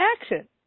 action